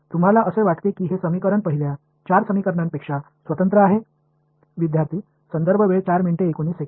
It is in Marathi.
तुम्हाला असे वाटते की हे समीकरण पहिल्या चार समीकरणांपेक्षा स्वतंत्र आहे